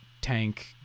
tank